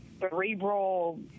cerebral